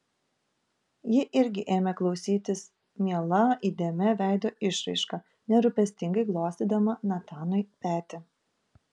ji irgi ėmė klausytis miela įdėmia veido išraiška nerūpestingai glostydama natanui petį